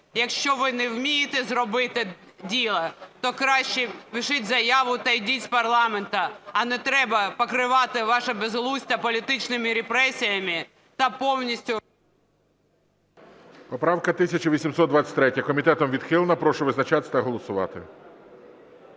Якщо ви не вмієте зробити діла, то краще пишіть заяву та йдіть з парламенту, а не треба покривати ваше безглуздя політичними репресіями та повністю… ГОЛОВУЮЧИЙ. Поправка 1823. Комітетом відхилена. Прошу визначатись та голосувати.